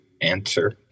answer